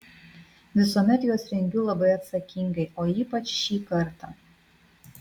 visuomet juos rengiu labai atsakingai o ypač šį kartą